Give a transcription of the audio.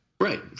Right